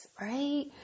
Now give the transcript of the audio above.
right